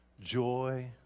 joy